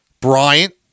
Bryant